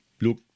look